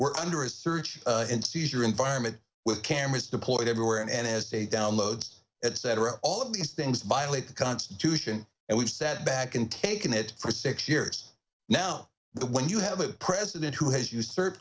we're under a search and seizure environment with cameras deployed everywhere and as a download etc all of these things by late the constitution and we've sat back and taken it for six years now when you have a president who has usurped